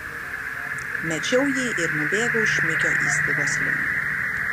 mečiau jį ir nubėgau šmikio įstaigos link